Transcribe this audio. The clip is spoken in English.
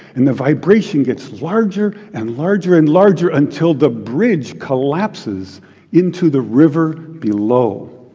and the vibrations gets larger and larger and larger until the bridge collapses into the river below.